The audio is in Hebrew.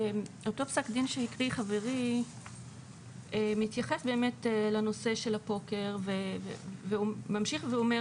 אותו פסק דין שהזכיר חברי מתייחס באמת לנושא של הפוקר וממשיך ואומר